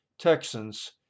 Texans